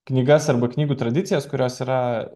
knygas arba knygų tradicijas kurios yra